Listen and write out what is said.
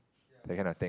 that kind of thing